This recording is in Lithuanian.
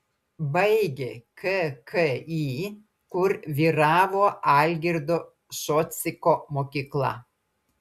baigė kki kur vyravo algirdo šociko mokykla